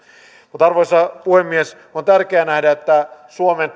arvoisa puhemies on tärkeää nähdä että suomen